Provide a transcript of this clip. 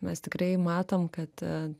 mes tikrai matom kad